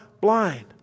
blind